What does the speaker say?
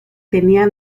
tenía